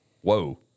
Whoa